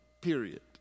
Period